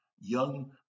young